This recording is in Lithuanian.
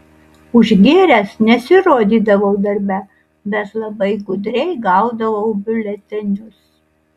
užgėręs nesirodydavau darbe bet labai gudriai gaudavau biuletenius